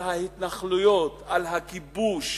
על ההתנחלויות, על הכיבוש,